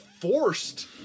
forced